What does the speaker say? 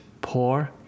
poor